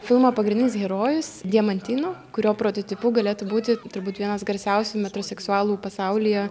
filmo pagrindinis herojus diamantino kurio prototipu galėtų būti turbūt vienas garsiausių metroseksualų pasaulyje